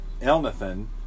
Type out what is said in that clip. Elnathan